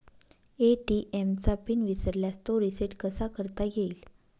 ATM चा pin विसरल्यास तो रिसेट कसा करता येईल?